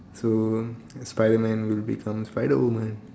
so spider man will become spider woman